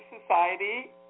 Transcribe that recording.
society